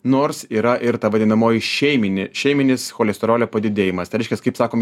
nors yra ir ta vadinamoji šeiminė šeiminis cholesterolio padidėjimas tai reiškias kaip sakom